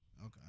Okay